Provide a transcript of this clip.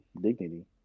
dignity